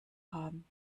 haben